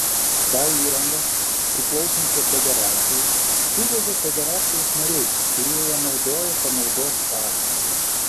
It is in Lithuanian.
tą įrangą priklausančią federacijai suvežė federacijos nariai kurie ją naudoja panaudos pagrindu